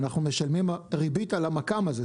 ואנחנו משלמים ריבית על המק"מ הזה.